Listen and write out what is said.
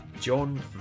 John